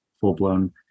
full-blown